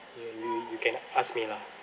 you you you can ask me lah